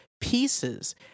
pieces